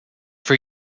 for